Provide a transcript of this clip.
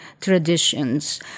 traditions